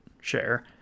share